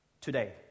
today